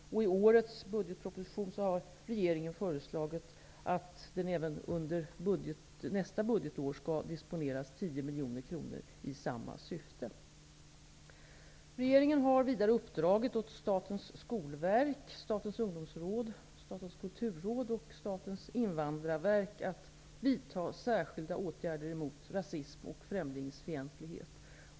I årets budgetproposition har regeringen föreslagit att den även under nästa budgetår skall disponera 10 miljoner kronor i samma syfte. Regeringen har vidare uppdragit åt Statens skolverk, Statens ungdomsråd, Statens kulturråd och Statens invandrarverk att vidta särskilda åtgärder mot rasism och främlingsfientlighet.